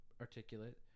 articulate